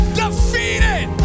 defeated